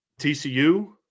TCU